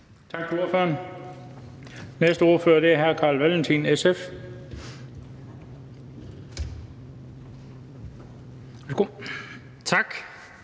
Tak til ordføreren. Næste ordfører er hr. Carl Valentin, SF. Værsgo. Kl.